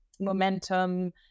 momentum